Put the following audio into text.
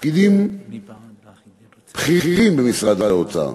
פקידים בכירים במשרד האוצר,